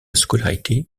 scolarité